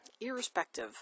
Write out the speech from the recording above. irrespective